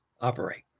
operate